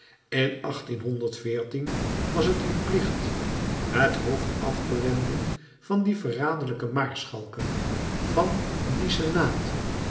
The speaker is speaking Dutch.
in was het een plicht het hoofd af te wenden van die verraderlijke maarschalken van dien senaat